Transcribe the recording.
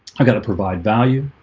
i got to provide value.